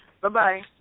Bye-bye